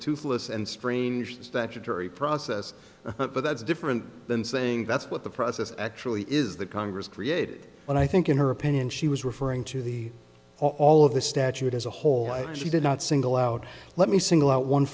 toothless and strange statutory process but that's different than saying that's what the process actually is that congress created when i think in her opinion she was referring to the all of the statute as a whole she did not single out let me single out one